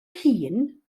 hŷn